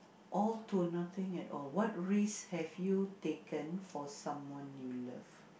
all to nothing at all what risk have you taken for someone you love